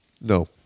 No